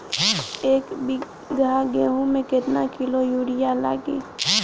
एक बीगहा गेहूं में केतना किलो युरिया लागी?